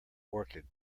orchid